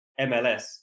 MLS